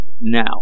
now